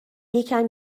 یکم